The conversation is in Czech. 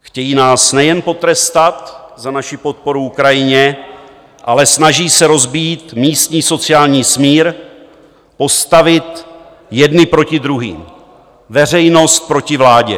Chtějí nás nejen potrestat za naši podporu Ukrajině, ale snaží se rozbít místní sociální smír, postavit jedny proti druhým, veřejnost proti vládě.